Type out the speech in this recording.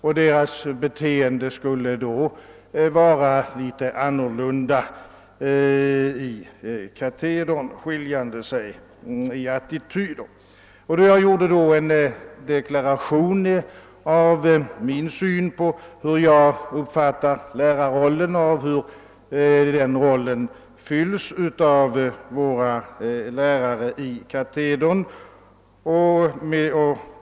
Det angavs att deras beteende och attityder i katedern skulle vara olika. Jag gjorde då en deklaration om hur jag har uppfattat lärarrollen och hur jag anser att våra lärare i katedern fyller sin uppgift.